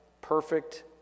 perfect